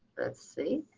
let's see.